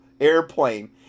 airplane